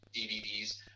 DVDs